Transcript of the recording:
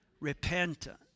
repentance